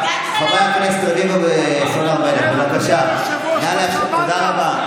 תודה רבה.